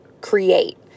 create